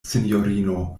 sinjorino